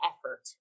effort